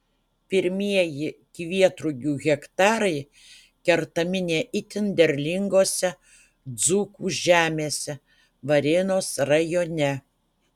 pirmieji kvietrugių hektarai kertami ne itin derlingose dzūkų žemėse varėnos rajone